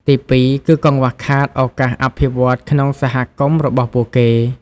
ទីពីរ គឺកង្វះខាតឱកាសអភិវឌ្ឍន៍ក្នុងសហគមន៍របស់ពួកគេ។